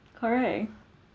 correct